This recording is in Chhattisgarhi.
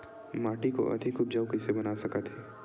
माटी को अधिक उपजाऊ कइसे बना सकत हे?